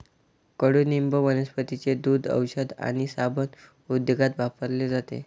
कडुनिंब वनस्पतींचे दूध, औषध आणि साबण उद्योगात वापरले जाते